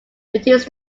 produced